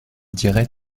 dirai